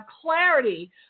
clarity